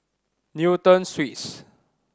Newton Suites